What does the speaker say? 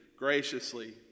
graciously